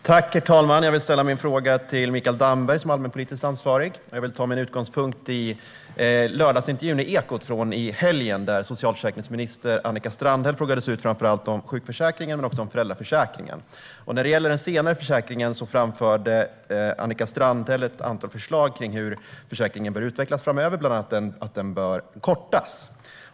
Herr talman! Jag vill ställa min fråga till Mikael Damberg som är allmänpolitiskt ansvarig. Jag tar min utgångspunkt i helgens lördagsintervju i Ekot . Där frågades socialförsäkringsminister Annika Strandhäll ut, framför allt om sjukförsäkringen men också om föräldraförsäkringen. När det gäller den senare framförde Annika Strandhäll ett antal förslag på hur försäkringen bör utvecklas framöver, bland annat att den bör kortas.